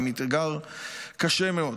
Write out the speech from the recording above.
עם אתגר קשה מאוד.